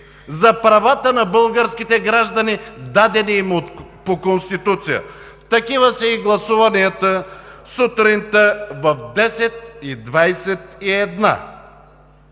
за правата на българските граждани, дадени им по Конституция. Такива са и гласуванията сутринта в 10,21